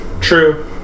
True